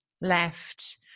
left